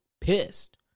pissed